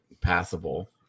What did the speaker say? passable